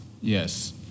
yes